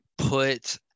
put